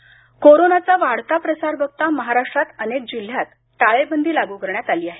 सोलापर टाळेबदी कोरोनाचा वाढता प्रसार बघता महाराष्ट्रात अनेक जिल्ह्यात टाळेबंदी लागू करण्यात आली आहे